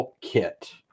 kit